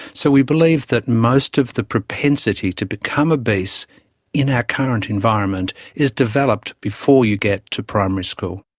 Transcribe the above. so we believe that most of the propensity to become obese in our current environment is developed before you get to primary school.